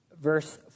verse